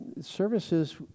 services